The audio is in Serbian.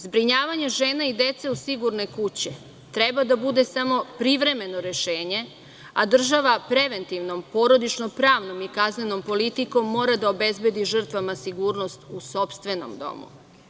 Zbrinjavanje žene i dece u Sigurne kuće, treba da bude samo privremeno rešenje, a država preventivnom porodičnom i kaznenom politikom mora da obezbedi žrtvama sigurnost u sopstvenom domu.